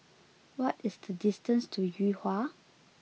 what is the distance to Yuhua